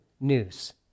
news